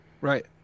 Right